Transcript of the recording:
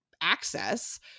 access